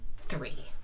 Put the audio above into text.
Three